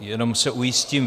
Jenom se ujistím.